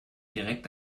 direkt